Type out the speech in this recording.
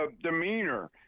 demeanor